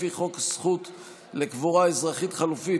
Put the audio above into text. לפי חוק הזכות לקבורה אזרחית חלופית,